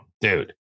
dude